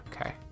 Okay